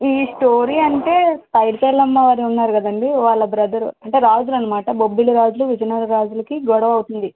ఈ స్టోరీ అంటే పైడితల్లి అమ్మవారు ఉన్నారు కదండీ వాళ్ళ బ్రదర్ అంటే రాజులనమాట బొబ్బిలి రాజులు విజయనగరరాజులకి గొడవవుతుంది